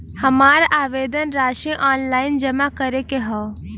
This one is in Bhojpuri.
हमार आवेदन राशि ऑनलाइन जमा करे के हौ?